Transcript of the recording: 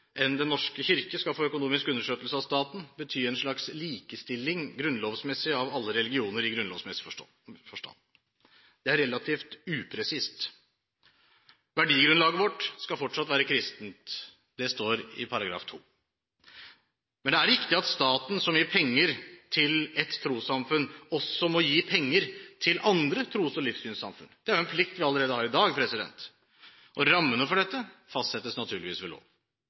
enn Den norske kirke skal få økonomisk understøttelse av staten, bety en slags likestilling av alle religioner, i grunnlovsmessig forstand. Det er relativt upresist. Verdigrunnlaget vårt skal fortsatt være kristent, det står i § 2. Men det er riktig at staten, som gir penger til ett trossamfunn, også må gi penger til andre tros- og livssynssamfunn. Det er en plikt vi allerede har i dag. Rammene for dette fastsettes naturligvis ved lov.